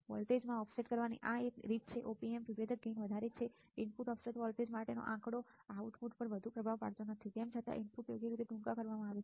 વોલ્ટેજમાં ઓફસેટ કરવાની આ એક રીત છે કે op amp વિભેદક ગેઈન વધારે છે ઇનપુટ ઓફસેટ વોલ્ટેજ માટેનો આંકડો આઉટપુટ પર વધુ પ્રભાવ પાડતો નથી તેમ છતાં ઇનપુટ યોગ્ય રીતે ટૂંકા કરવામાં આવે છે